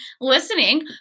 listening